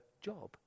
job